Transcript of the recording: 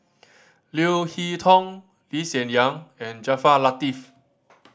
Leo Hee Tong Lee Hsien Yang and Jaafar Latiff